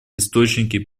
источники